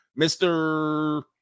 Mr